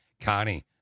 Connie